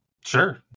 Sure